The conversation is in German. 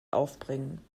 aufbringen